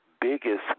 biggest